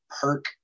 Perk